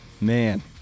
man